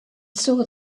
saw